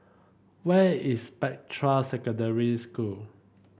where is Spectra Secondary School